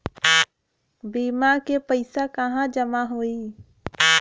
बीमा क पैसा कहाँ जमा होई?